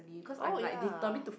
oh ya